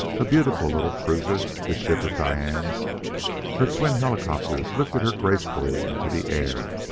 a beautiful little cruiser, this ship of diane's her twin helicopters lifted her gracefully into the air.